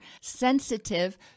sensitive